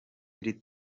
iri